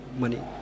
money